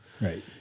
Right